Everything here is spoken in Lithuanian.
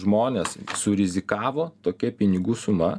žmonės surizikavo tokia pinigų suma